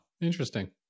interesting